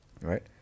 right